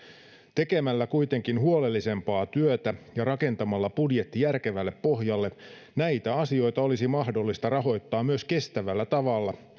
tekemällä kuitenkin huolellisempaa työtä ja rakentamalla budjetti järkevälle pohjalle näitä asioita olisi mahdollista rahoittaa myös kestävällä tavalla